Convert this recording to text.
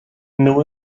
new